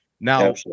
now